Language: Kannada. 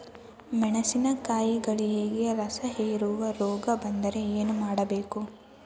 ಮೆಣಸಿನಕಾಯಿಗಳಿಗೆ ರಸಹೇರುವ ರೋಗ ಬಂದರೆ ಏನು ಮಾಡಬೇಕು?